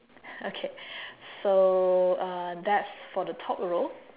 okay so uh that's for the top row